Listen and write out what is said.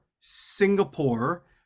Singapore